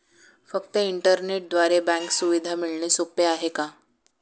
फक्त इंटरनेटद्वारे बँक सुविधा मिळणे सोपे आहे का?